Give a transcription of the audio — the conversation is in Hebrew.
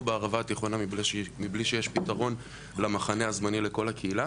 בערבה התיכונה מבלי שיש פתרון למחנה הזמני לכל הקהילה.